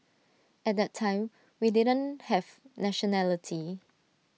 at that time we didn't have nationality